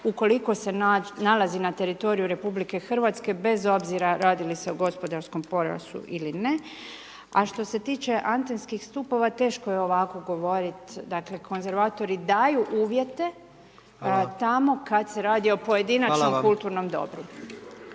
ukoliko se nalazi na teritoriju RH, bez obzira radi li se o gospodarskom pojasu ili ne. A što se tiče antenskih stupova, teško je ovako govorit, dakle konzervatori daju uvjete tamo kad se radi o pojedinačnom kulturnom dobru.